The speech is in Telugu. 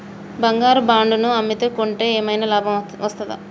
బంగారు బాండు ను అమ్మితే కొంటే ఏమైనా లాభం వస్తదా?